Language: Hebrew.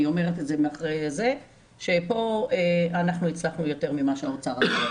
אומרת כאן הצלחנו יותר שהאוצר רצה לתת.